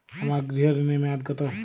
আমার গৃহ ঋণের মেয়াদ কত?